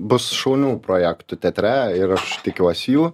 bus šaunių projektų teatre ir aš tikiuosi jų